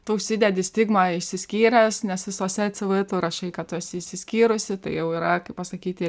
tu užsidedi stigmą išsiskyręs nes visose cv tu rašai kad tu esi išsiskyrusi tai jau yra kaip pasakyti